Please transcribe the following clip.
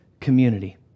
community